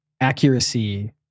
accuracy